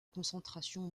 concentration